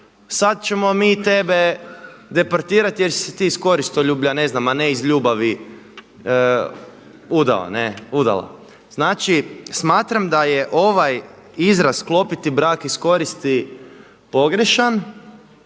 sad ćemo mi tebe deportirati jer si se ti iz koristoljublja ne znam a ne iz ljubavi udao, u dala. Znači smatram da je ovaj izraz sklopiti brak iz koristi pogrešan